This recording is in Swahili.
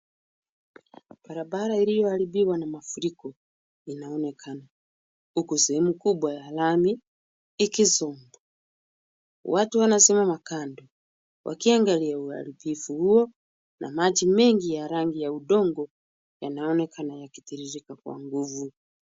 Barabara iliyoaribiwa na mafuriko inaonekana, huku sehemu kubwa ya lami ikizumbu, watu wanasimama kando wakiangalia uharibifu huo, na maji mengi ya rangi ya udongo yanaonekana yakitiririka kwa nguvu.